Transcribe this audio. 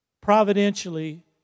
providentially